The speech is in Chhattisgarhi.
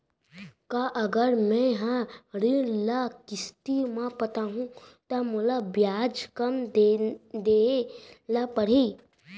का अगर मैं हा ऋण ल किस्ती म पटाहूँ त मोला ब्याज कम देहे ल परही?